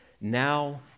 now